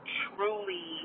truly